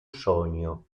sogno